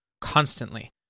constantly